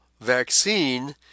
vaccine